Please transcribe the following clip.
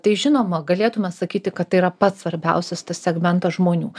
tai žinoma galėtume sakyti kad tai yra pats svarbiausias tas segmentas žmonių